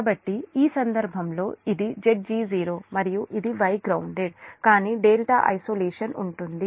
కాబట్టి ఈ సందర్భంలో ఇది Zg0 మరియు ఇది Y గ్రౌన్దేడ్ కానీ ∆ ఐసోలేషన్ ఉంటుంది